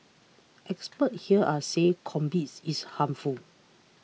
experts here are say cannabis is harmful